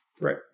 Right